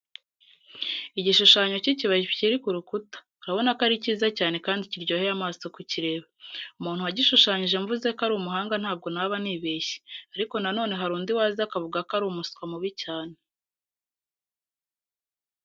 Igishushanyo cy'ikibabi kiri ku rukuta, urabona ko ari kiza cyane kandi kiryoheye amaso ku kireba. Umuntu wagishushanyije mvuze ko ari umuhanga ntabwo naba nibeshye, ariko na none hari undi waza akavuga ko ari umuswa mubi cyane.